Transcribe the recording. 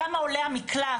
כמה עולה המקלט,